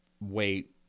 wait